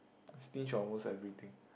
stinge on almost everything